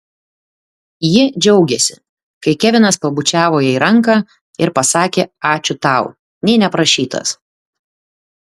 ji džiaugėsi kai kevinas pabučiavo jai ranką ir pasakė ačiū tau nė neprašytas